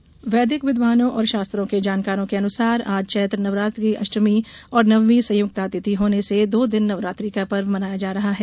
रामनवमी वैदिक विद्वानों और शास्त्रों के जानकारों के अनुसार आज चैत्र नवरात्र की अष्टमी और नवमी संयुक्ता तिथि होने से दो दिन नवरात्रि का पर्व मनाया जा रहा है